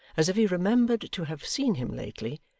as if he remembered to have seen him lately,